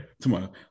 Tomorrow